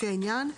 לפי העניין: